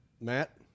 Matt